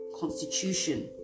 constitution